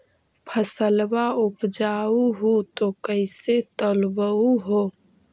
फसलबा उपजाऊ हू तो कैसे तौउलब हो?